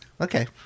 Okay